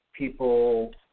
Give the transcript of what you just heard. People